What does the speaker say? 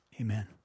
amen